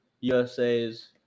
USA's